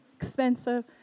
expensive